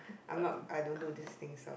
I'm not I don't do these things all